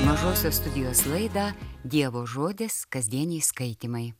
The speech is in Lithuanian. mažosios studijos laidą dievo žodis kasdieniai skaitymai